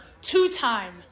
two-time